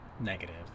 negative